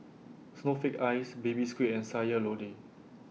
Snowflake Ice Baby Squid and Sayur Lodeh